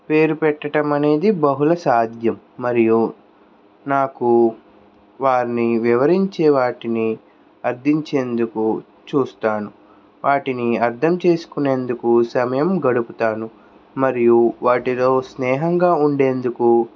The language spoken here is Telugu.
పేరు పెట్టడం అనేది బహుళ సాధ్యం మరియు నాకు వారిని వివరించే వాటిని అర్ధించేందుకు చూస్తాను వాటిని అర్ధం చేసుకునేందుకు సమయం గడుపుతాను మరియు వాటితో స్నేహంగా ఉండేదుకు